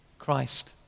Christ